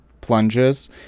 plunges